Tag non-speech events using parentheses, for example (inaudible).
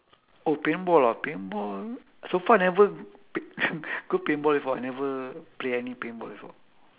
oh paintball ah paintball so far never p~ (laughs) go paintball before I never play any paintball before